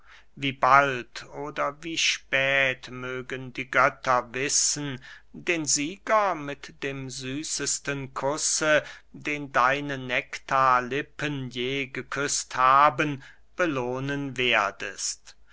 wie bald oder wie spät mögen die götter wissen den sieger mit dem süßesten kusse den deine nektarlippen je geküßt haben belohnen werdest